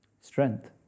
strength